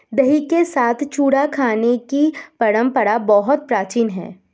दही के साथ चूड़ा खाने की परंपरा बहुत प्राचीन है